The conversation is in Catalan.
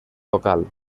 local